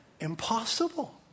Impossible